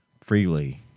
freely